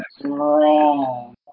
wrong